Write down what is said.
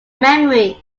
memory